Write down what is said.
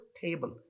table